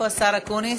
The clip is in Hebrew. השר אקוניס?